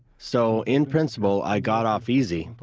so, in principle i got off easy.